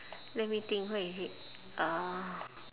let me think where is it uh